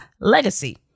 legacy